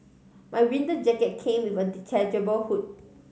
my winter jacket came with a detachable hood